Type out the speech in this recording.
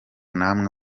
namwe